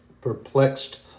perplexed